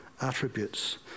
attributes